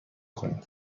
کنیم